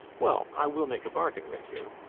well, i will make a bargain with you.